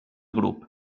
grup